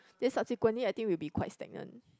then subsequently I think will be quite stagnant